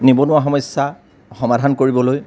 নিবনুৱা সমস্যা সমাধান কৰিবলৈ